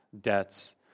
debts